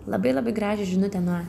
labai labai gražią žinutę nuo